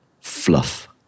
Fluff